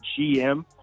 GM